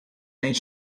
mijn